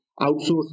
outsource